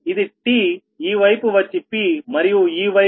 ఇది t ఈ వైపు వచ్చి pమరియు ఈ వైపుq